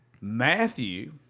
Matthew